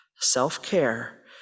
Self-care